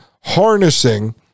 harnessing